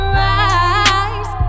rise